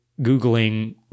Googling